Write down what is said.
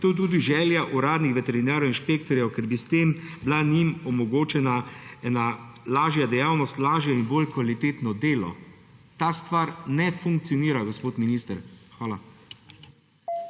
to je tudi želja uradnih veterinarjev, inšpektorjev, ker bi s tem bila njim omogočena ena lažja dejavnost, lažje in bolj kvalitetno delo. Ta stvar ne funkcionira, gospod minister. Hvala.